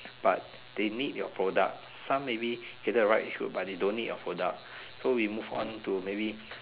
but they need your product some maybe cater the right age group but they don't need your product so we move on to maybe